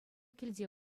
килте